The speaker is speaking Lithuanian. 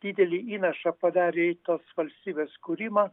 didelį įnašą padarė į tos valstybės kūrimą